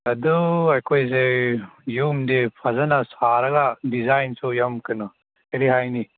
ꯑꯗꯨ ꯑꯩꯈꯣꯏꯁꯦ ꯌꯨꯝꯗꯤ ꯐꯖꯅ ꯁꯔꯒ ꯗꯤꯖꯥꯏꯟꯁꯨ ꯌꯥꯝ ꯀꯩꯅꯣ ꯀꯔꯤ ꯍꯥꯏꯅꯤ